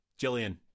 Jillian